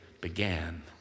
began